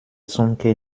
zunge